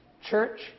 Church